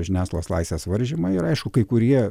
žiniasklaidos laisvės varžymai ir aišku kai kurie